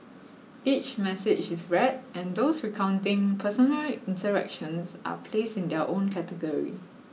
each message is read and those recounting personal interactions are placed in their own category